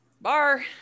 bar